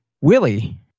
Willie